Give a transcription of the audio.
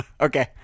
Okay